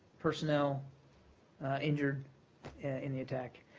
personnel injured in the attack.